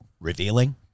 revealing